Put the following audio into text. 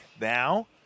now